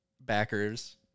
backers—